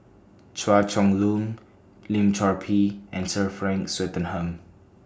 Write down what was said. Chua Chong Long Lim Chor Pee and Sir Frank Swettenham